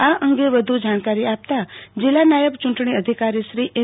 આ અંગે વધુ જાણકારી આપતા જિલ્લા નાયબ ચૂંટણી અધિકારી શ્રી એમ